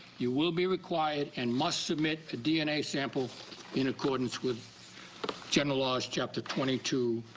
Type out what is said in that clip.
you will be required and must submit dna samples in accordance with general laws chapter twenty two